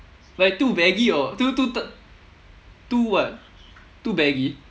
like too baggy or too too t~ too what too baggy